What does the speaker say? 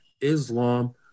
Islam